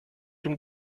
dem